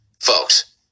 folks